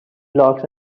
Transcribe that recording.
blocks